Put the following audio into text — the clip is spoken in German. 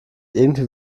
irgendwie